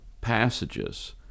passages